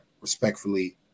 respectfully